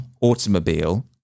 automobile